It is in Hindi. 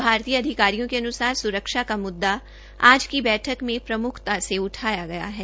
भारतीय अधिकारियों के अनुसार सुरक्षा का मुद्दा आज की बैठक में प्रम्खता से उठाया गया है